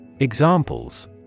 Examples